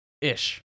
ish